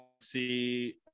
see